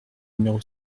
numéro